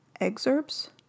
excerpts